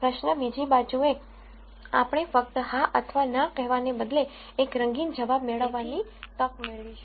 પ્રશ્નની બીજી બાજુએ આપણે ફક્ત હા અથવા ના કહેવાને બદલે એક રંગીન જવાબ મેળવવાની તક મેળવીશું